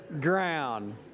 ground